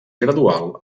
gradual